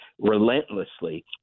relentlessly